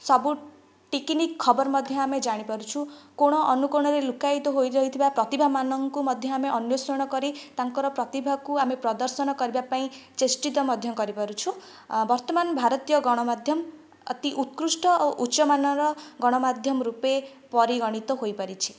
ସବୁ ଟିକି ନିକି ଖବର ମଧ୍ୟ ଆମେ ଜାଣି ପାରୁଛୁ କୋଣ ଅନୁକୋଣ ରେ ଲୁକାୟିତ ହୋଇ ଯାଇଥିବା ପ୍ରତିଭା ମାନଙ୍କୁ ମଧ୍ୟ ଆମେ ଅନ୍ୱେଷଣ କରି ତାଙ୍କର ପ୍ରତିଭାକୁ ଆମେ ପ୍ରଦର୍ଶନ କରିବା ପାଇଁ ଚେଷ୍ଟିତ ମଧ୍ୟ କରିପାରୁଛୁ ବର୍ତ୍ତମାନ ଭାରତୀୟ ଗଣ ମାଧ୍ୟମ ଅତି ଉତ୍କୃଷ୍ଟ ଆଉ ଉଚ୍ଚମାନ ର ଗଣ ମାଧ୍ୟମ ରୂପେ ପରିଗଣିତ ହୋଇପାରିଛି